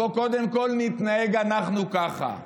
בואו קודם כול נתנהג אנחנו ככה.